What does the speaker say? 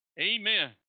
Amen